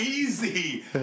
Easy